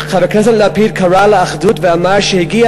חבר הכנסת לפיד קרא לאחדות ואמר שהגיע